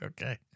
Okay